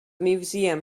museum